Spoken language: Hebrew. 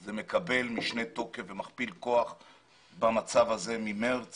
זה מקבל משנה תוקף ומכפיל כוח במצב הזה מאז חודש מארס